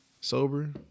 Sober